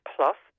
Plus